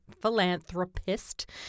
philanthropist